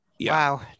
Wow